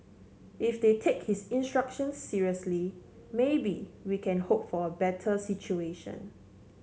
if they take his instructions seriously maybe we can hope for a better situation